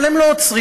אבל הם לא עוצרים.